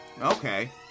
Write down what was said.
okay